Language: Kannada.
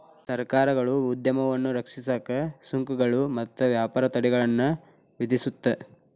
ಸರ್ಕಾರಗಳು ಉದ್ಯಮವನ್ನ ರಕ್ಷಿಸಕ ಸುಂಕಗಳು ಮತ್ತ ವ್ಯಾಪಾರ ತಡೆಗಳನ್ನ ವಿಧಿಸುತ್ತ